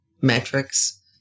metrics